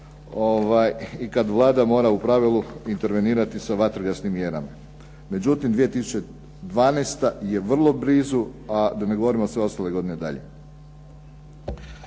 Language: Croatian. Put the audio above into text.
i kada Vlada mora u pravilu intervenirati sa vatrogasnim mjerama. Međutim, 2012. je vrlo blizu, a da ne govorim o svim ostalim godinama dalje.